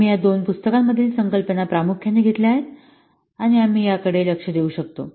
आम्ही या दोन पुस्तकां मधील संकल्पना प्रामुख्याने घेतल्या आहेत आम्ही याकडे लक्ष देऊ शकतो